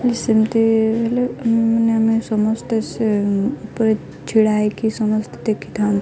ସେମିତି ହେଲେ ମାନେ ଆମେ ସମସ୍ତେ ସେ ଉପରେ ଛିଡ଼ା ହୋଇକି ସମସ୍ତେ ଦେଖିଥାଉ